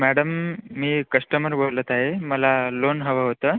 madam मी customer बोलत आहे मला लोन हवं होतं